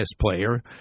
player